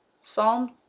Psalm